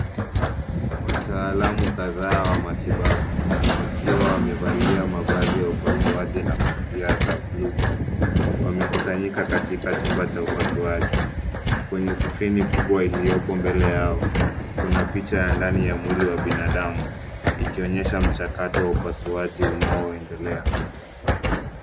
Wataalamu kadhaa wa matibabu wakiwa wamevalia mavazi ya upasuaji na kofia za bluu wamekusanyika katika chumba cha upasuaji. Kwenye skrini kubwa iliyopo mbele yao kuna picha ya ndani ya mwili wa binadamu ikionyesha mchakato wa upasuaji unaoendelea.